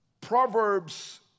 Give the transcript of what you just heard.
Proverbs